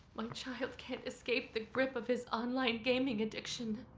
my child can't escape the grip of his online gaming addiction,